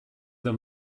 them